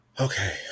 okay